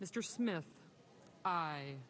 mr smith i